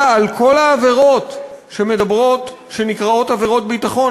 על כל העבירות שנקראות "עבירות ביטחון".